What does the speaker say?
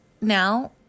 now